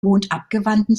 mondabgewandten